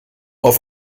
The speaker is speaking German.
auf